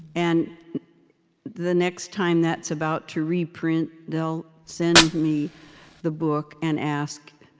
and the next time that's about to reprint, they'll send me the book and ask,